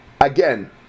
Again